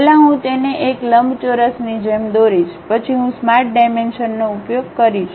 પહેલા હું તેને એક લંબચોરસની જેમ દોરીશ પછી હું સ્માર્ટ ડાયમેન્શનનો ઉપયોગ કરીશ